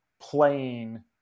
playing –